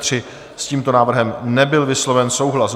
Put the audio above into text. S tímto návrhem nebyl vysloven souhlas.